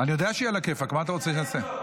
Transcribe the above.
אני יודע שהיא עלא כיפאק, מה אתה רוצה שאני אעשה?